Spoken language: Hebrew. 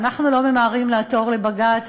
אנחנו לא ממהרים לעתור לבג"ץ.